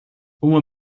uma